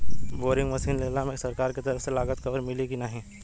Boring machine लेला मे सरकार के तरफ से लागत कवर मिली की नाही?